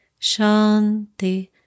shanti